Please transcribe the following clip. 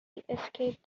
escaped